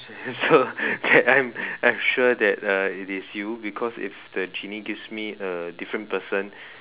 so okay I am I am sure that it's you because if the genie gives me a different person